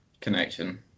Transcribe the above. connection